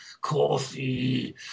coffee